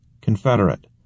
Confederate